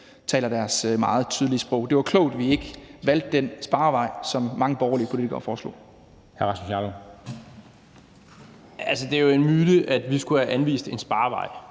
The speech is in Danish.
taler deres meget tydelige sprog. Det var klogt, at vi ikke valgte den sparevej, som mange borgerlige politikere foreslog. Kl. 09:29 Formanden (Henrik Dam Kristensen):